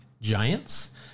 Giants